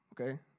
okay